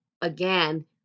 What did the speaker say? again